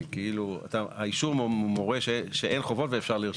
כי האישור מורה שאין חובות ואפשר לרשום.